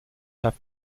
have